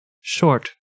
short